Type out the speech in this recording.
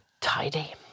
Tidy